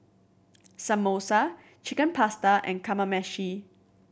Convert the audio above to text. Samosa Chicken Pasta and Kamameshi